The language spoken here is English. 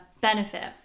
benefit